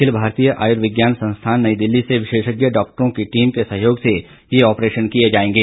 अखिल भारतीय आयुर्विज्ञान संस्थान नई दिल्ली से विशेषज्ञ डाक्टरों की टीम के सहयोग से यह ऑपरेशन किए जाएंगे